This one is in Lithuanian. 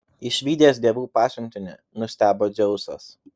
išvydęs dievų pasiuntinį nustebo dzeusas